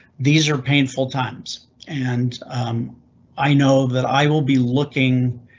these are painful times and i know that i will be looking.